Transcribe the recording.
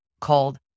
called